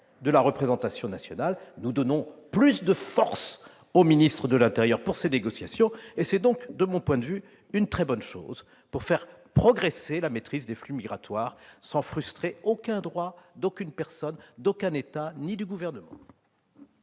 de la représentation nationale ! Nous donnons ainsi plus de force au ministre de l'intérieur pour ces négociations. Et c'est, de mon point de vue, une très bonne chose pour faire progresser la maîtrise des flux migratoires sans frustrer aucun droit d'aucune personne, d'aucun État ni du Gouvernement